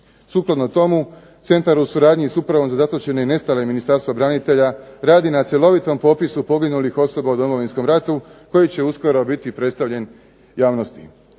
Sukladno tomu centar u suradnji s upravom za zatočene i nestale Ministarstva branitelja radi na cjelovitom popisu poginulih osoba u Domovinskom ratu koji će uskoro biti predstavljen javnosti.